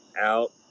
out